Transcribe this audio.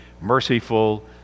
merciful